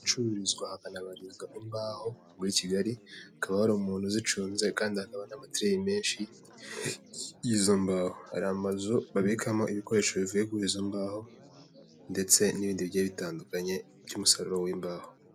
Ahacururizwa hakanabarizwa imbaho muri kigali akaba hari umuntu uzicunze kandi hakabona n'amatireyi menshi y'izo mbaho. Hari amazu babikamo ibikoresho bivuyegu kuri izo mbaho ndetse n'ibindi bigeye bitandukanye by'umusaruro w'imbaho.